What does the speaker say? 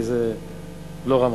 כי זו לא רמה.